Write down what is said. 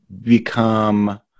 become